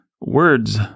words